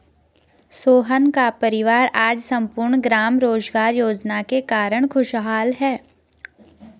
सोहन का परिवार आज सम्पूर्ण ग्राम रोजगार योजना के कारण खुशहाल है